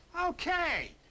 Okay